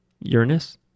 Uranus